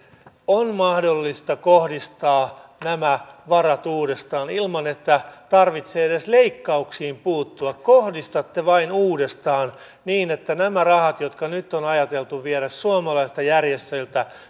on mahdollista kohdistaa nämä varat uudestaan ilman että tarvitsee edes leikkauksiin puuttua kohdistatte vain uudestaan niin että nämä rahat jotka nyt on on ajateltu viedä suomalaisilta järjestöiltä